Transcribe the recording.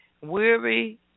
weary